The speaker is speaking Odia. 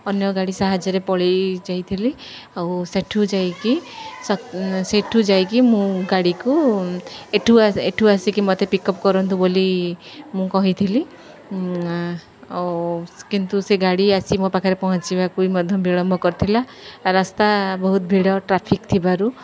ଅନ୍ୟ ଗାଡ଼ି ସାହାଯ୍ୟରେ ପଳାଇଯାଇଥିଲି ଆଉ ସେଇଠୁ ଯାଇକି ସେଇଠୁ ଯାଇକି ମୁଁ ଗାଡ଼ିକୁ ଏଇଠୁ ଏଇଠୁ ଆସିକି ମୋତେ ପିକ୍ ଅପ୍ କରନ୍ତୁ ବୋଲି ମୁଁ କହିଥିଲି ଆଉ କିନ୍ତୁ ସେ ଗାଡ଼ି ଆସି ମୋ ପାଖରେ ପହଞ୍ଚିବାକୁ ବି ମଧ୍ୟ ବିଳମ୍ବ କରିଥିଲା ରାସ୍ତା ବହୁତ ଭିଡ଼ ଟ୍ରାଫିକ୍ ଥିବାରୁ